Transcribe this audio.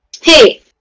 hey